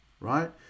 right